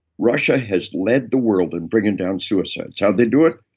russia has led the world in bringing down suicides. how'd they do it?